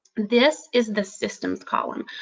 this is the systems column.